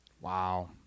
Wow